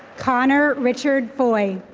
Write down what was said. connor richard boyle.